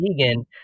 vegan